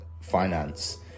finance